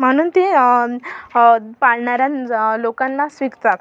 म्हणून ते पाळणाऱ्यां ज लोकांनाच विकतात